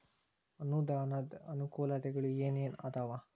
ಅನುದಾನದ್ ಅನಾನುಕೂಲತೆಗಳು ಏನ ಏನ್ ಅದಾವ?